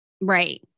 Right